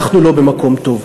אנחנו לא במקום טוב.